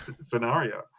scenario